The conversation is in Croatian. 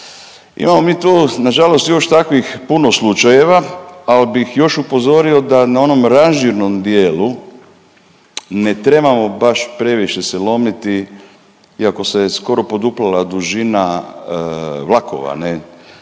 Imamo mi tu na žalost još takvih puno slučajeva, ali bih još upozorio da na onom ranžirnom dijelu ne trebamo baš previše se lomiti, iako se skoro poduplala dužina vlakova ne, jer